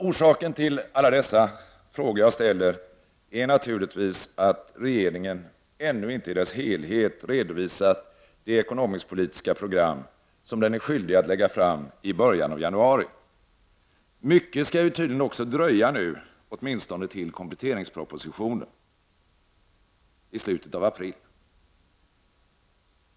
Orsaken till alla dessa frågor är naturligtvis att regeringen ännu inte i dess helhet redovisat det ekonomisk-politiska program som den är skyldig att lägga fram i början av januari. Mycket skall tydligen dröja, åtminstone till kompletteringspropositionen i slutet av april.